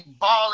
balling